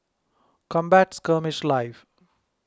Combat Skirmish Live